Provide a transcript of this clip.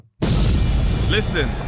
listen